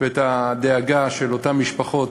ואת הדאגה של אותן משפחות